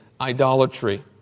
idolatry